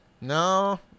no